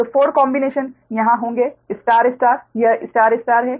तो 4 कॉम्बिनेशन यहाँ होंगे स्टार स्टार यह स्टार स्टार है